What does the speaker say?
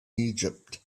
egypt